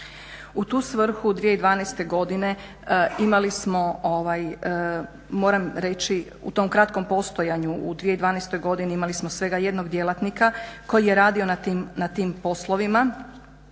moram reći u tom kratkom postojanju u 2012. godini imali smo svega jednog djelatnika koji je radio na tim poslovima